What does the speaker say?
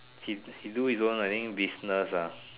he he do his own I think business ah